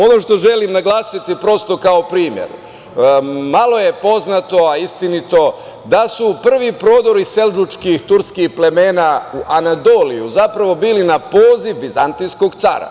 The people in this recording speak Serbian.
Ono što želim naglasiti prosto kao primer, malo je poznato, a istinito, da su prvi prodori seldžučkih turskih plemena u Anadoliju, zapravo bili na poziv vizantijskog cara.